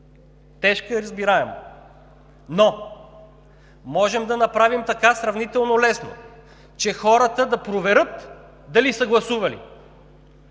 Тежка е – разбираемо. Но можем да направим сравнително лесно така, че хората да проверят дали са гласували.